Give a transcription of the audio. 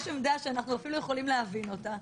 יש עמדה שאנחנו אפילו יכולים להבין אותה,